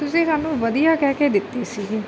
ਤੁਸੀਂ ਸਾਨੂੰ ਵਧੀਆ ਕਹਿ ਕੇ ਦਿੱਤੀ ਸੀਗੀ